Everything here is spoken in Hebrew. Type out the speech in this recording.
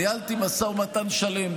ניהלתי משא ומתן שלם,